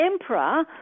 emperor